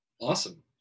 Awesome